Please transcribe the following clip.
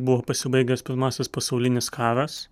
buvo pasibaigęs pirmasis pasaulinis karas